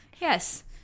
Yes